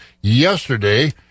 yesterday